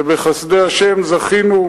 ובחסדי השם זכינו,